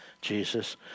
Jesus